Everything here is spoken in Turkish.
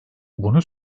bunu